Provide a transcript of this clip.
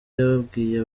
yabwiye